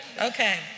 Okay